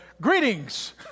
Greetings